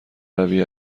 روی